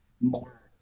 more